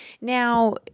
Now